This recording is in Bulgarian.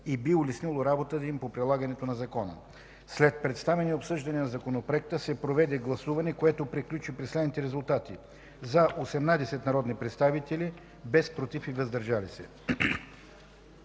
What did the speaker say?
и би улеснило работата им по прилагането на закона. След представяне и обсъждане на законопроекта се проведе гласуване, което приключи при следните резултати: „за” – 18 народни представители, без „против” и „въздържали се”.